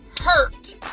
hurt